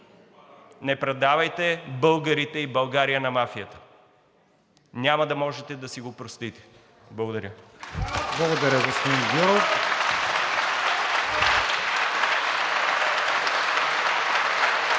Не предавайте българите и България на мафията! Няма да можете да си го простите. Благодаря.